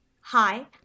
Hi